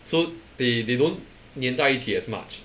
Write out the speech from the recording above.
so they they don't 粘在一起 as much